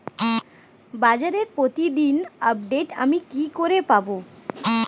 বাজারের প্রতিদিন আপডেট আমি কি করে পাবো?